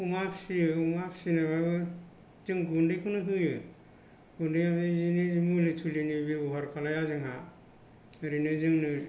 अमा फिसियो अमा फिसिनायबाबो जों गुन्दैखौनो होयो बिदिनो मुलि थुलिनि बेबहार खालामा जोंहा ओरैनो जोंनो